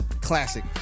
classic